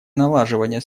налаживание